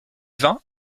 vin